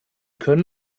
können